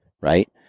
right